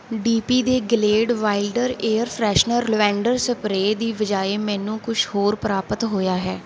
D P ਦੇ Glade wilder air freshener lavender spray ਦੀ ਬਜਾਏ ਮੈਨੂੰ ਕੁਛ ਹੋਰ ਪ੍ਰਾਪਤ ਹੋਇਆ ਹੈ